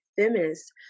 feminist